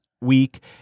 week